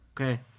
okay